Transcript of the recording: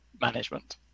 management